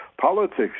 Politics